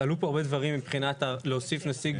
עלו פה הרבה דברים מבחינת להוסיף נציג